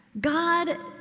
God